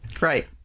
Right